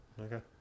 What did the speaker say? Okay